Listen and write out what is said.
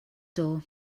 door